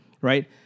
right